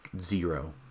Zero